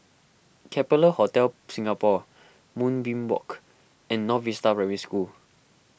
Capella Hotel Singapore Moonbeam Walk and North Vista Primary School